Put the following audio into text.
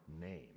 name